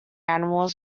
animals